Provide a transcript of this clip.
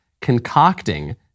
concocting